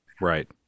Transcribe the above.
right